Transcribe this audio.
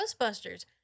Ghostbusters